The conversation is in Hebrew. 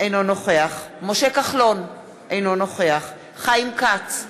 אינו נוכח משה כחלון, אינו נוכח חיים כץ,